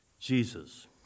Jesus